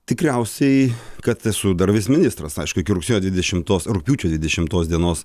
tikriausiai kad esu dar vis ministras aišku iki rugsėjo dvidešimtos rugpjūčio dvidešimtos dienos